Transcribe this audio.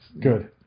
Good